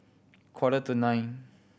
quarter to nine